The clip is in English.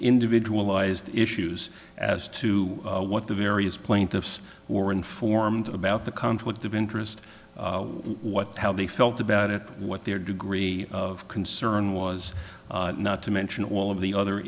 individual eyes the issues as to what the various plaintiffs were informed about the conflict of interest what how they felt about it what their degree of concern was not to mention all of the other